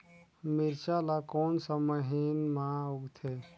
मिरचा ला कोन सा महीन मां उगथे?